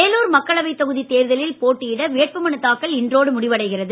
வேலூர் மக்களவை தொகுதி தேர்தலில் போட்டியிட வேட்புமனு தாக்கல் இன்றோடு முடிவடைகிறது